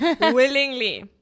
willingly